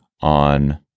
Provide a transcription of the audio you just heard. on –